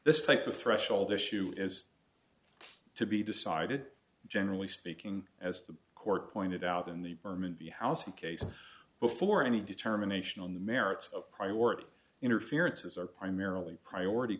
this type of threshold issue is to be decided generally speaking as the court pointed out in the berman of the house a case before any determination on the merits of priority interferences are primarily priority